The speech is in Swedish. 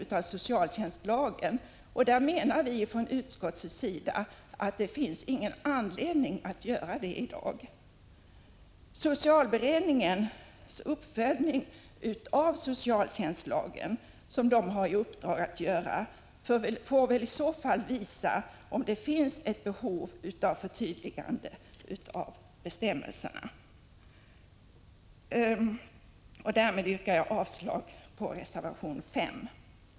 1985/86:112 Enligt utskottsmajoriteten finns det inte någon anledning härtill i dag. Socialberedningens uppföljning när det gäller socialtjänstlagen får väl i så fall visa om det finns ett behov av förtydligande av bestämmelserna. Därmed yrkar jag avslag på reservation 5.